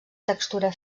textura